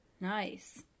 nice